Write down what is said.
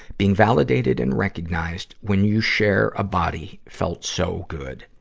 being validated and recognized when you share a body felt so good.